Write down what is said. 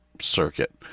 circuit